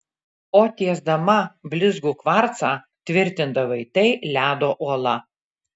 o tiesdama blizgų kvarcą tvirtindavai tai ledo uola